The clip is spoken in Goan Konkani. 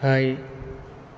हय